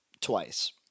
Twice